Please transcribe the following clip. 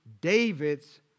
David's